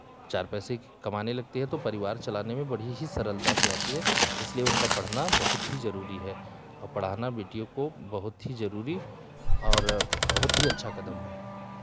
चार पैसे कमाने लगती हैं तो परिवार चलाने में बड़ी ही सरलता से आती है इसलिए उनका पढ़ना बहुत ही ज़रूरी है और पढ़ाना बेटियों को बहुत ही ज़रूरी और बहुत ही अच्छा कदम है